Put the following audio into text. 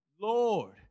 Lord